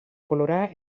polora